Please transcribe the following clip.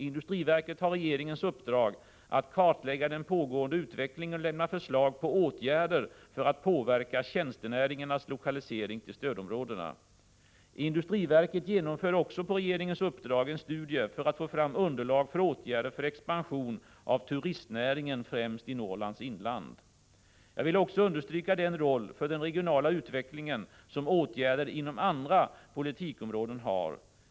Industriverket har regeringens uppdrag att kartlägga den pågående utvecklingen och lämna förslag på åtgärder för att påverka tjänstenäringarnas lokalisering till stödområdena. Industriverket genomför också på regeringens uppdrag en studie för att få fram underlag för åtgärder för expansion av turistnäringen främst i Norrlands inland. Jag vill också understryka den roll för den regionala utvecklingen som åtgärder inom andra politikområden har.